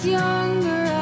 younger